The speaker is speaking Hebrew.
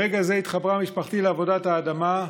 ברגע זה התחברה משפחתי לעבודת האדמה,